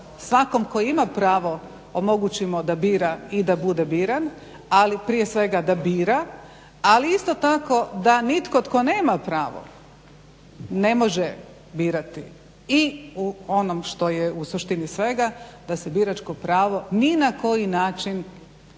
svatko tko ima pravo omogućimo da bira i da bude biran ali prije svega da bira, ali isto tako da nitko tko nema pravo ne može birati i u onom što je u suštini svega da se biračko pravo ni na koji način,